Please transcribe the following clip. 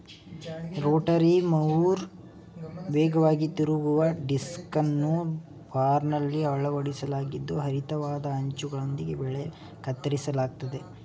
Rotary mower ವೇಗವಾಗಿ ತಿರುಗುವ ಡಿಸ್ಕನ್ನು ಬಾರ್ನಲ್ಲಿ ಅಳವಡಿಸಲಾಗಿದ್ದು ಹರಿತವಾದ ಅಂಚುಗಳೊಂದಿಗೆ ಬೆಳೆ ಕತ್ತರಿಸಲಾಗ್ತದೆ